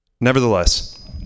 nevertheless